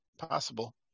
possible